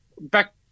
back